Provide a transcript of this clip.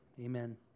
amen